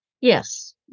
Yes